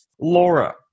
Laura